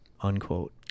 Unquote